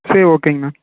சரி ஓகேங்கண்ணா